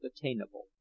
attainable